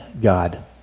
God